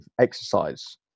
exercise